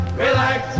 relax